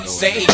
say